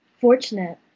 fortunate